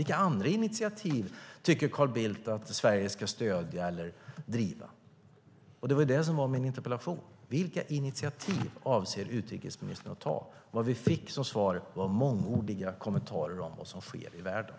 Vilka andra initiativ tycker Carl Bildt att Sverige ska stödja eller driva? Det var ju det som var min interpellation. Vilka initiativ avser utrikesministern att ta? Vad vi fick som svar var mångordiga kommentarer om vad som sker i världen.